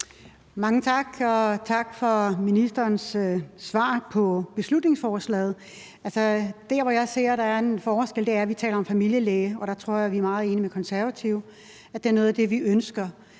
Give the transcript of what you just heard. Mange tak. Og tak for ministerens svar på beslutningsforslaget. Der, hvor jeg ser der er en forskel, er, hvor vi taler om en familielæge, og der tror jeg at vi er meget enige med Konservative, for det er noget af det, vi ønsker.